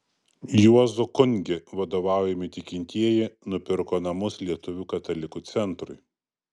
juozo kungi vadovaujami tikintieji nupirko namus lietuvių katalikų centrui